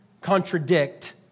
contradict